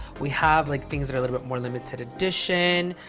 we have like things that are a little bit more limited edition.